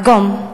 עגום.